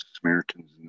samaritans